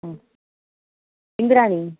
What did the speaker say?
ம் இந்திராணி